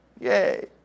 Yay